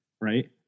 right